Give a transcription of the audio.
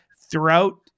throughout